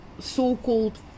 so-called